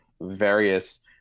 various